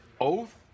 oath